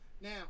Now